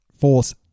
force